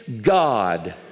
God